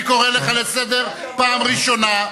אני קורא לך לסדר פעם ראשונה.